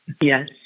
Yes